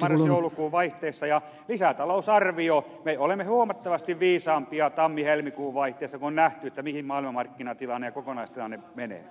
marrasjoulukuun vaihteessa ja lisätalousarviosta olemme huomattavasti viisaampia tammihelmikuun vaihteessa kun on nähty mihin suuntaan maailmanmarkkinat ja kokonaistilanne menevät